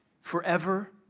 forever